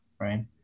right